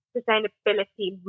sustainability